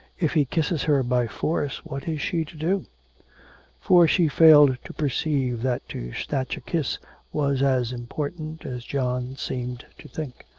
if he kisses her by force what is she to do for she failed to perceive that to snatch a kiss was as important as john seemed to think.